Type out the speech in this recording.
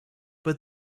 but